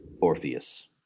Orpheus